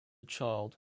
child